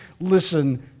Listen